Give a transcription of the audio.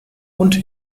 und